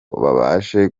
babashe